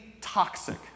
toxic